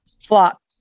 flop